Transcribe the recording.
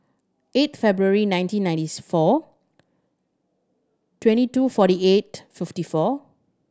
eight February nineteen ninety four twenty two forty eight fifty four